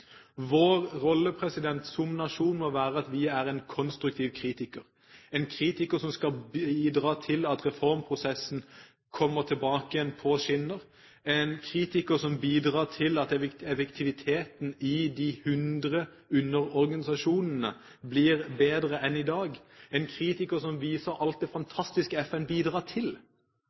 Vår rolle som nasjon må være at vi er en konstruktiv kritiker: en kritiker som skal bidra til at reformprosessen kommer tilbake på skinner, en kritiker som bidrar til at effektiviteten i de 100 underorganisasjonene blir bedre enn i dag, en kritiker som viser alt det fantastiske FN bidrar til